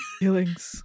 Feelings